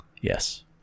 yes